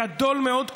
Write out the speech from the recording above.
גדול מאוד,